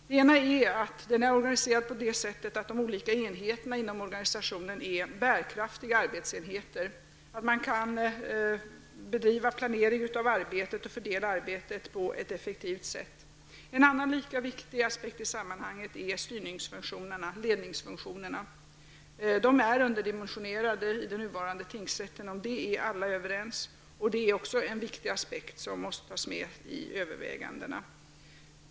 Den ena är att den är organiserad så, att de olika enheterna inom organisationen är bärkraftiga arbetsenheter och att arbetet kan planeras och bedrivas på ett effektivt sätt. Den andra lika viktiga aspekten i sammanhanget är ledningsfunktionerna. Dessa är underdimensionerade i den nuvarande tingsrätten -- det är vi alla överens om. Den viktiga aspekten måste också tas med i övervägandena.